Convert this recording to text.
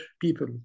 people